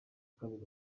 kabiri